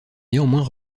néanmoins